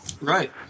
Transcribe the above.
Right